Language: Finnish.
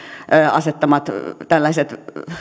asettamat tällaiset